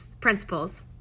Principles